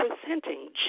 presenting